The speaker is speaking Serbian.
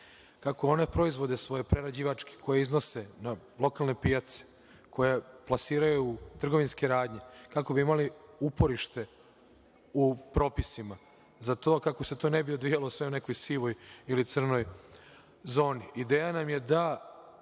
oni proizvodi, svoje prerađivačke koje iznose na lokalne pijace, koje plasiraju u trgovinske radnje, kako bi imali uporište u propisima. Za to kako se to sve ne bi odvijalo u nekakvoj sivoj ili crnoj zoni. Ideja nam je da